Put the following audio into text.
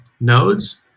nodes